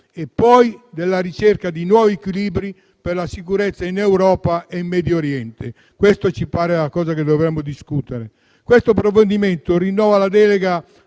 e poi della ricerca di nuovi equilibri per la sicurezza in Europa e in Medio Oriente. Questa ci pare la cosa che dovremmo discutere. Questo provvedimento rinnova la delega